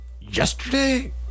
yesterday